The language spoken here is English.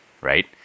Right